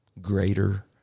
greater